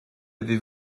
avez